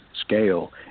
scale